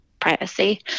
privacy